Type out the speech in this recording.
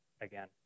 again